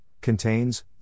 contains